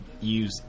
use